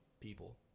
people